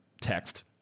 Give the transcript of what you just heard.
text